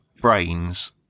brains